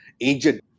agent